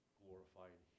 glorified